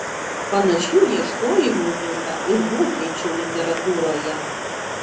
panašių ieškojimų būta ir vokiečių literatūroje